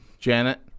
janet